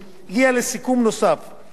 שלפיו התחייבו המשרדים האמורים